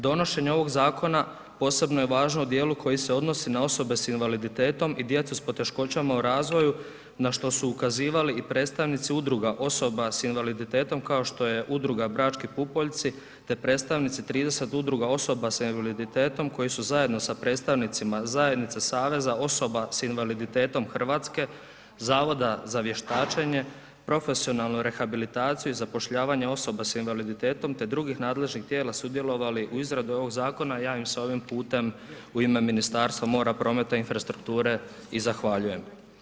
Donošenje ovog zakona posebno je važno u djelu koji se odnosi na osobe sa invaliditetom i djecu s poteškoćama u razvoju na što su ukazivali predstavnici udruga osoba sa invaliditetom kao što je udruga „Brački pupoljci“ te predstavnici 30 udruga osoba sa invaliditetom koji su zajedno sa predstavnicima zajednice Saveza osoba sa invaliditetom Hrvatske, Zavoda za vještačenje, profesionalnu rehabilitaciju i zapošljavanje osoba sa invaliditetom te drugih nadležnih tijela sudjelovali u izradi ovog zakona, ja im se ovim putem u ime Ministarstva mora, prometa i infrastrukture i zahvaljujem.